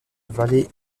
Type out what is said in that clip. vallée